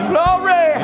Glory